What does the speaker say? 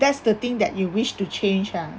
that's the thing that you wish to change ah